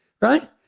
Right